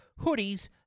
hoodies